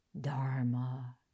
dharma